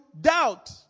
doubt